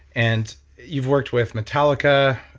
and you've worked with metallica,